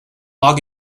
log